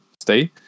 stay